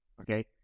okay